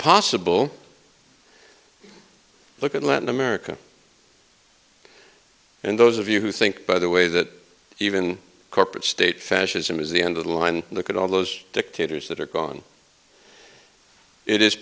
possible look at latin america and those of you who think by the way that even corporate state fascism is the end of the line look at all those dictators that are gone it is